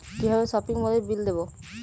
কিভাবে সপিং মলের বিল দেবো?